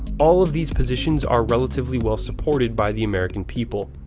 all of these positions are relatively well-supported by the american people.